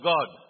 God